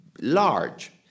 large